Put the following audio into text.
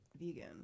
Vegan